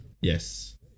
Yes